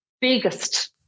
biggest